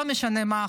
לא משנה מה,